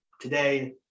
Today